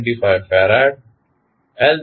5 H